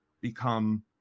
become